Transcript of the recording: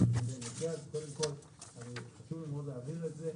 חשוב לי מאוד להבהיר את זה.